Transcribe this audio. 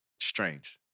strange